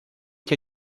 que